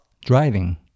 driving